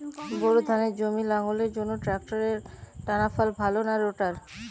Bore ধানের জমি লাঙ্গলের জন্য ট্রাকটারের টানাফাল ভালো না রোটার?